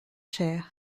cher